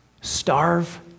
starve